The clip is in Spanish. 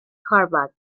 harvard